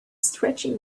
stretching